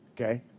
Okay